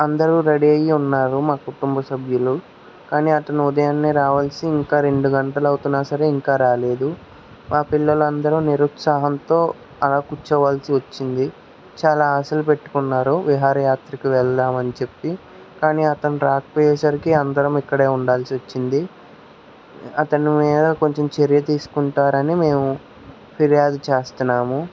అందరూ రెడీ అయ్యి ఉన్నారు మా కుటుంబ సభ్యులు కానీ అతను ఉదయాన్నే రావాల్సి ఇంకా రెండు గంటలు అవుతున్నా సరే ఇంకా రాలేదు మా పిల్లలందరూ నిరుత్సాహంతో అలా కూర్చోవాల్సి వచ్చింది చాలా ఆశలు పెట్టుకున్నారు విహారయాత్రకు వెళ్దామని చెప్పి కానీ అతను రాకపోయేసరికి అందరమూ ఇక్కడే ఉండాల్సి వచ్చింది అతను మీద కొంచెం చర్య తీసుకుంటారు అని మేము ఫిర్యాదు చేస్తున్నాము